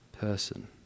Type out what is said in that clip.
person